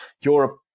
Europe